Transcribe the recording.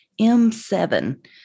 M7